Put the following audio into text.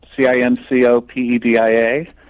C-I-N-C-O-P-E-D-I-A